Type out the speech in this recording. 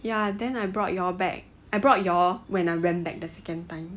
ya then I brought your back I brought your when I went back the second time